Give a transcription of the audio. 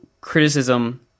criticism